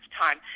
time